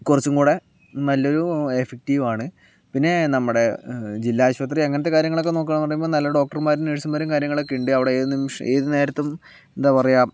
കുറച്ചുകൂടെ നല്ലൊരു എഫക്റ്റീവാണ് പിന്നെ നമ്മുടെ ജില്ലാ ആശുപത്രി അങ്ങനത്തെ കാര്യങ്ങളൊക്കെ നോക്കുകയാണെന്നു പറയുമ്പോൾ നല്ല ഡോക്ടർമാരും നഴ്സുമാരും കാര്യങ്ങളൊക്കെയുണ്ട് അവിടെ ഏതു നിമിഷം ഏത് നേരത്തും എന്താ പറയുക